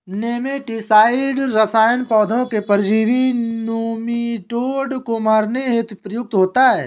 nematicide रसायन पौधों के परजीवी नोमीटोड को मारने हेतु प्रयुक्त होता है